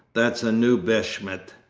that's a new beshmet.